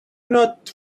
not